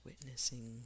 Witnessing